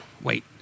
wait